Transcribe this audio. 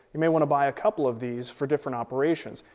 you may want to buy a couple of these for different operations.